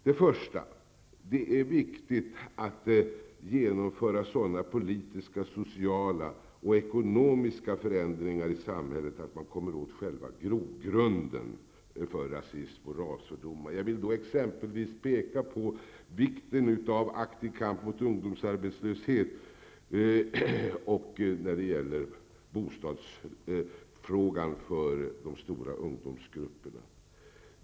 Den första är att det är viktigt att genomföra sådana politiska, sociala och ekonomiska förändringar i samhället att man kommer åt själva grogrunden för rasism och rasfördomar. Jag vill exempelvis peka på vikten av aktiv kamp mot ungdomsarbetslöshet och en lösning av bostadsfrågan för de stora ungdomsgrupperna.